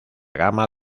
gama